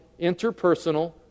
interpersonal